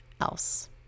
else